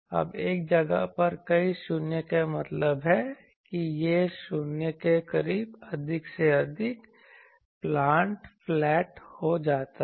अब एक जगह पर कई शून्य का मतलब है कि यह शून्य के करीब अधिक से अधिक प्लांट फ्लैट हो जाता है